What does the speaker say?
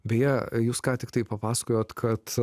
beje jūs ką tiktai papasakojot kad